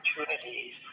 opportunities